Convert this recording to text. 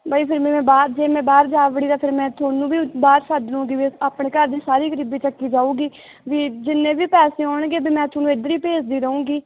ਬਾਈ ਫਿਰ ਮੈਂ ਬਾਅਦ ਜੇ ਮੈਂ ਬਾਹਰ ਜਾ ਵੜੀ ਦਾ ਫਿਰ ਮੈਂ ਤੁਹਾਨੂੰ ਵੀ ਬਾਹਰ ਸੱਦ ਲੂੰਗੀ ਵੀ ਆਪਣੇ ਘਰ ਦੀ ਸਾਰੀ ਗਰੀਬੀ ਚੱਕੀ ਜਾਊਗੀ ਵੀ ਜਿੰਨੇ ਵੀ ਪੈਸੇ ਹੋਣਗੇ ਵੀ ਮੈਂ ਤੁਹਾਨੂੰ ਇੱਧਰ ਹੀ ਭੇਜਦੀ ਰਹੂੰਗੀ